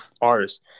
artists